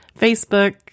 Facebook